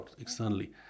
externally